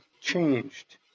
changed